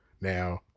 now